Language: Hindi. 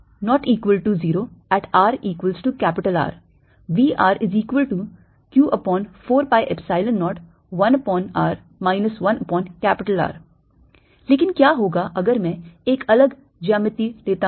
Vrq4π0r≠0 at rR Vrq4π0 लेकिन क्या होगा अगर मैं एक अलग ज्यामिति लेता हूं